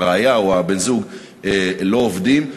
הרעיה או בן-הזוג לא עובדים.